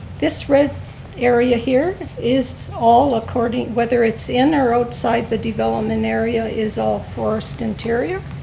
this red area here is all according, whether it's in or outside the development area is all forest interior?